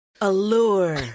Allure